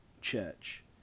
church